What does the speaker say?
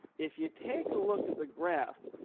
if you take a look at the graph,